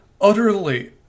utterly